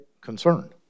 concerned